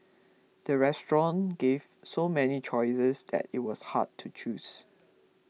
the restaurant gave so many choices that it was hard to choose